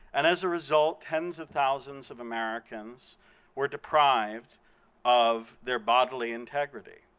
and as a result, tens of thousands of americans were deprived of their bodily integrity.